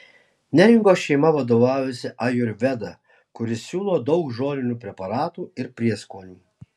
neringos šeima vadovaujasi ajurveda kuri siūlo daug žolinių preparatų ir prieskonių